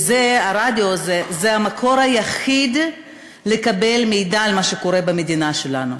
והרדיו הזה הוא המקור היחיד שלהם למידע על מה שקורה במדינה שלנו.